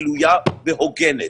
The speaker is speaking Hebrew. גלויה והוגנת.